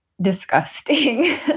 disgusting